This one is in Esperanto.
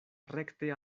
rekte